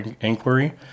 inquiry